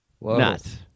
Nuts